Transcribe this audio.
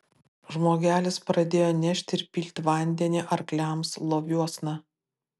žmogelis pradėjo nešt ir pilt vandenį arkliams loviuosna